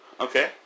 Okay